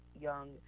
young